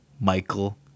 Michael